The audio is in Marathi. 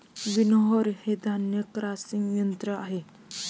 विनोव्हर हे धान्य क्रशिंग यंत्र आहे